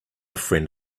friend